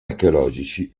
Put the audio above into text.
archeologici